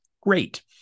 Great